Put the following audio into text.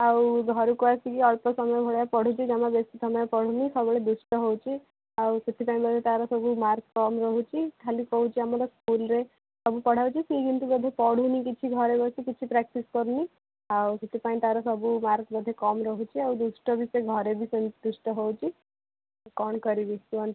ଆଉ ଘରକୁ ଆସିକି ଅଳ୍ପ ସମୟ ଭଳିଆ ପଢ଼ୁଛି ଜମା ବେଶୀ ସମୟ ପଢ଼ୁନି ସବୁବେଳେ ଦୁଷ୍ଟ ହେଉଛି ଆଉ ସେଥିପାଇଁ ବୋଧେ ତାର ସବୁ ମାର୍କ କମ୍ ରହୁଛି ଖାଲି କହୁଛି ଆମର ସ୍କୁଲରେ ସବୁ ପଢ଼ା ହେଉଛି ସିଏ କିନ୍ତୁ ବୋଧେ ପଢ଼ୁନି କିଛି ଘରେ ବସି କିଛି ପ୍ରାକ୍ଟିସ୍ କରୁନି ଆଉ ସେଥିପାଇଁ ତାର ସବୁ ମାର୍କ ବୋଧେ କମ୍ ରହୁଛି ଆଉ ଦୁଷ୍ଟ ବି ସେ ଘରେ ବି ସେମିତି ଦୁଷ୍ଟ ହେଉଛି କ'ଣ କରିବି କୁହନ୍ତୁ